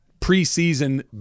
preseason